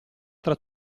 tra